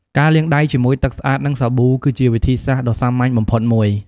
ការលាងដៃជាមួយទឹកស្អាត និងសាប៊ូ គឺជាវិធីសាស្ត្រដ៏សាមញ្ញបំផុតមួយ។